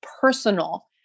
personal